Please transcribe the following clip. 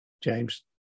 james